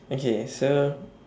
okay so